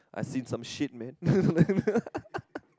I've seen some shit man